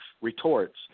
retorts